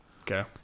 Okay